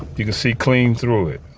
you can see clean through it.